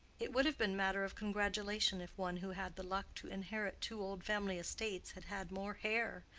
it would have been matter of congratulation if one who had the luck to inherit two old family estates had had more hair,